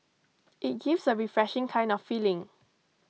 it gives a refreshing kind of feeling